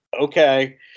okay